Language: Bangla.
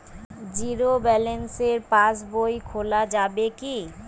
জীরো ব্যালেন্স পাশ বই খোলা যাবে কি?